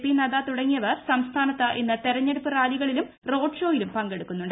P Nadda തുടങ്ങിയവർ സംസ്ഥാനത്ത് ഇന്ന് തെരഞ്ഞെടുപ്പ് റാലികളിലും റോഡ് ഷോയിലും പങ്കെടുക്കുന്നുണ്ട്